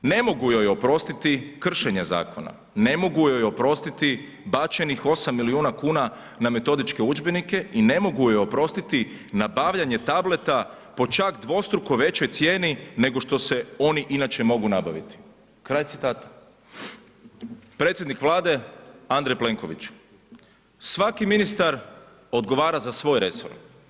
Ne mogu joj oprostiti kršenje zakona, ne mogu joj oprostiti bačenih 8 milijuna kuna na metodičke udžbenike i ne mogu joj oprostiti nabavljanje tableta po čak dvostruko većoj cijeni nego što se oni inače mogu nabaviti.“ Predsjednik Vlade Andrej Plenković: „Svaki ministar odgovara za resor.